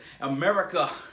America